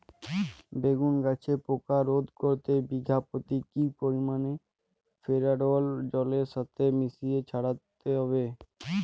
বেগুন গাছে পোকা রোধ করতে বিঘা পতি কি পরিমাণে ফেরিডোল জলের সাথে মিশিয়ে ছড়াতে হবে?